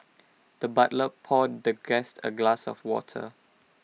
the butler poured the guest A glass of water